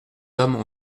hommes